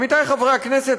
עמיתיי חברי הכנסת,